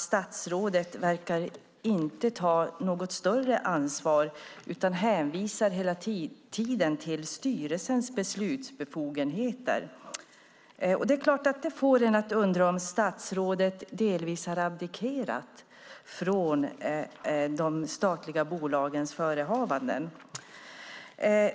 Statsrådet verkar inte ta något större ansvar utan hänvisar hela tiden till styrelsens beslutsbefogenheter. Det får mig att undra om statsrådet delvis har abdikerat från de statliga bolagens förehavanden.